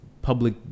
Public